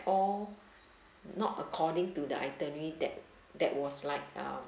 all not according to the itinerary that that was like um